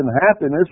happiness